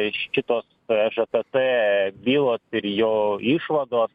iš kitos aš apie t bylos ir jo išvados